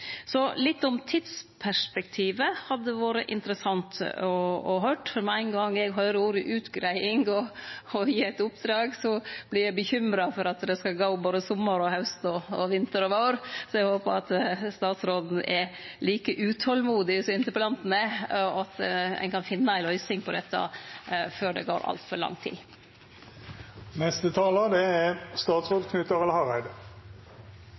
hadde vore interessant å høyre litt om tidsperspektivet, for med ein gong eg høyrer ordet utgreiing og å gi eit oppdrag, blir eg bekymra for at det skal gå både sommar, haust, vinter og vår. Eg håpar statsråden er like utolmodig som interpellanten er, og at ein kan finne ei løysing på dette før det går altfor lang tid. Eg trur kanskje denne debatten ikkje er